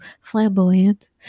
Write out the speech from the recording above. flamboyant